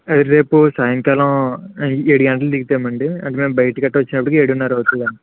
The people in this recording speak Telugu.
రేపు సాయంకాలం ఏడు గంటలకు దిగుతాం అండి అంటే మేము బయటికి అటు వచ్చేటప్పటికి ఏడున్నర్ర అవుతుంది అండి